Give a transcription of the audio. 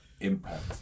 impact